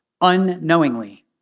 unknowingly